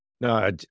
No